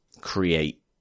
create